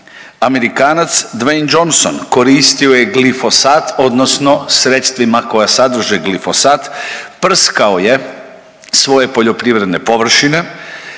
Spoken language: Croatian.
Amerikanac Dwayne Johnson koristio je glifosat odnosno sredstvima koja sadrže glifosat, prskao je svoje poljoprivredne površine,